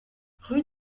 rue